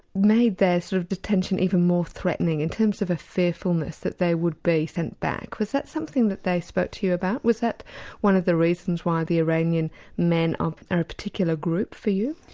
made their sort of detention even more threatening, in terms of a fearfulness that they would be sent back. was that something that they spoke to you about? was that one of the reasons why the iranian men are a particular group for you?